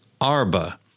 Arba